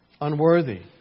Unworthy